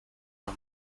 los